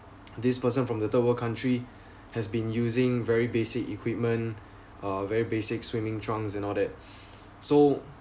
this person from the third world country has been using very basic equipment uh very basic swimming trunks and all that so